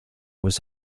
was